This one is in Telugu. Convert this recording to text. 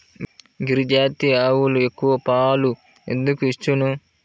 గిరిజాతి ఆవులు ఎక్కువ పాలు ఎందుకు ఇచ్చును?